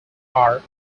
are